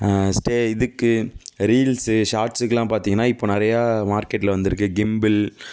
stay இதுக்கு reels ஷார்ட்ஸ்கெல்லாம் பார்த்திங்னா இப்போ நிறையா மார்க்கெட்டில் வந்திருக்கு கிம்பில்